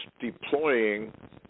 deploying